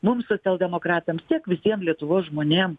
mums socialdemokratams tiek visiem lietuvos žmonėm